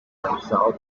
himself